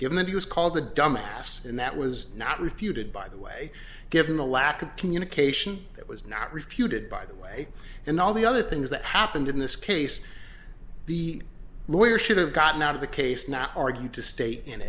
given that he was called a dumb ass and that was not refuted by the way given the lack of communication that was not refuted by the way and all the other things that happened in this case the lawyer should have gotten out of the case not argued to state in